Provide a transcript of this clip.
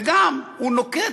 וגם הוא נוקט,